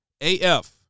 AF